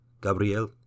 Gabriel